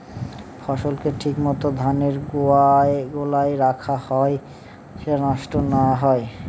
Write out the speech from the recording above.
ফসলকে ঠিক মত ধানের গোলায় রাখা হয় যাতে সেটা নষ্ট না হয়